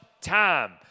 time